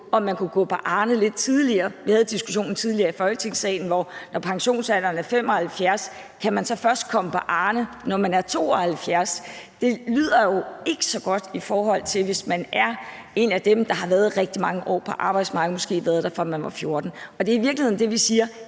om man kunne gå på Arnepension lidt tidligere. Vi havde diskussionen tidligere i Folketingssalen. Når pensionsalderen er 75 år, kan man så først komme på Arnepension, når man er 72 år? Det lyder jo ikke så godt, hvis man er en af dem, der har været rigtig mange år på arbejdsmarkedet, måske fra man var 14 år. Det er i virkeligheden det, vi siger.